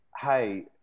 hey